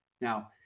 Now